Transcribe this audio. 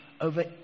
over